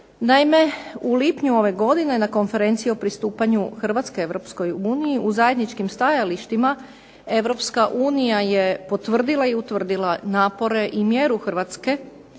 Naime u lipnju ove godine na konferenciji o pristupanju Hrvatske Europskoj uniji, u zajedničkim stajalištima Europska unija je potvrdila i utvrdila napore i mjeru Hrvatske